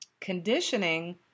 Conditioning